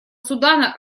судана